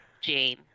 Jane